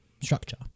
structure